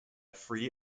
free